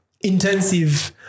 intensive